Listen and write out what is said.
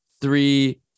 three